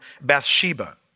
Bathsheba